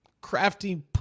crafty